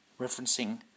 referencing